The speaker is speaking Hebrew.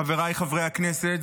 חבריי חברי הכנסת,